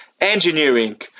engineering